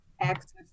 access